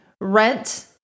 Rent